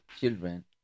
children